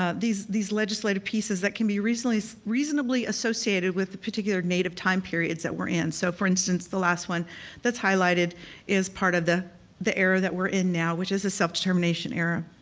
ah these these legislative pieces that can be reasonably reasonably associated with the particular native time periods that we're in. so for instance the last one that's highlighted is part of the the era that we're in now which is a self-determination era.